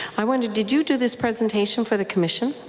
i mean did did you do this presentation for the commission?